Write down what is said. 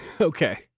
Okay